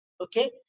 okay